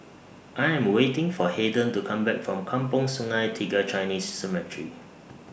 I Am waiting For Haden to Come Back from Kampong Sungai Tiga Chinese Cemetery